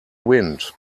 wind